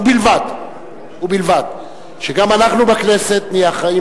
ובלבד שגם אנחנו בכנסת נהיה אחראיים